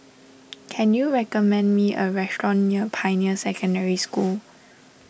can you recommend me a restaurant near Pioneer Secondary School